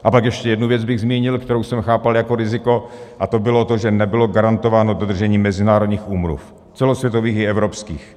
A pak ještě jednu věc bych zmínil, kterou jsem chápal jako riziko, a to bylo to, že nebylo garantováno dodržení mezinárodních úmluv celosvětových i evropských.